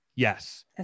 Yes